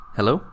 Hello